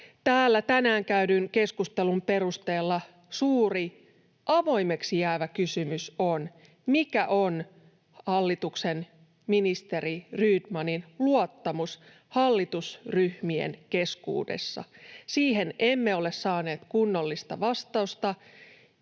tänään käydyn keskustelun perusteella suuri avoimeksi jäävä kysymys on, mikä on hallituksen ministeri Rydmanin luottamus hallitusryhmien keskuudessa. Siihen emme ole saaneet kunnollista vastausta.